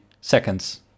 seconds